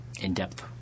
in-depth